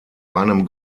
einem